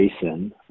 Jason